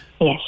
Yes